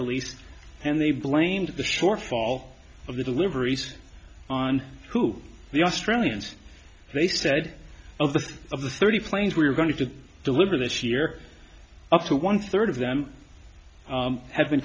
release and they blamed the shortfall of the deliveries on who the australians they said of the of the thirty planes we were going to deliver this year up to one third of them have been